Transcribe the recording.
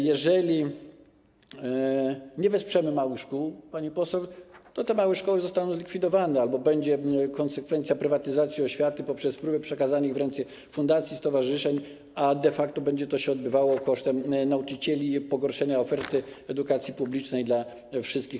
Jeżeli nie wesprzemy małych szkół, pani poseł, to te małe szkoły zostaną zlikwidowane albo będzie konsekwencja prywatyzacji oświaty poprzez próbę przekazania ich w ręce fundacji, stowarzyszeń, a de facto będzie się to odbywało kosztem nauczycieli i pogorszenia oferty edukacji publicznej dla nas wszystkich.